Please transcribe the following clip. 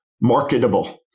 marketable